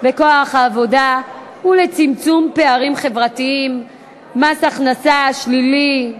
בכוח העבודה ולצמצום פערים חברתיים (מס הכנסה שלילי)